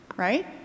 right